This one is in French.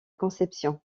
conception